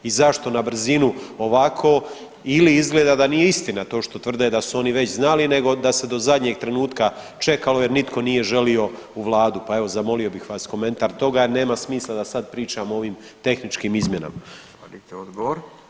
I zašto na brzinu ovako ili izgleda da nije istina to što tvrde da su oni već znali nego da se do zadnjeg trenutka čekalo jer nitko nije želio u vladu, pa evo zamolio bih vas komentar toga jer nema smisla da sad pričam o ovim tehničkim izmjenama.